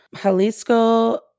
Jalisco